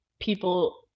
people